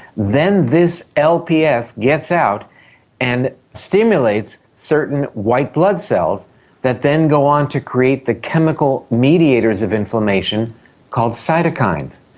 then this lps gets out and stimulates certain white blood cells that then go on to create the chemical mediators of inflammation called cytokines.